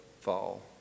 fall